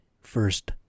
first